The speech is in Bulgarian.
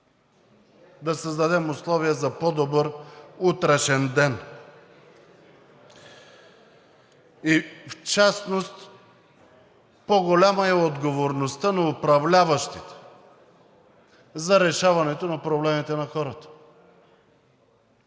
Да създадем условия за по-добър утрешен ден. И в частност по-голяма е отговорността на управляващите за решаването на проблемите на хората.